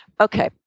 Okay